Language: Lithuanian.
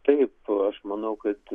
taip aš manau kad